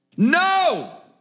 no